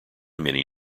many